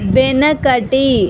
వెనకటి